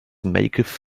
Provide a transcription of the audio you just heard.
maketh